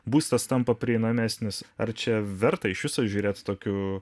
būstas tampa prieinamesnis ar čia verta iš viso žiūrėt tokiu